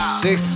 six